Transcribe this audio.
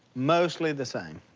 mostly the same.